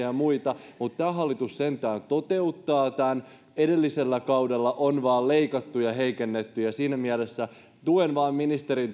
ja muita mutta tämä hallitus sentään toteuttaa tämän edellisellä kaudella on vain leikattu ja heikennetty ja siinä mielessä tuen ministerin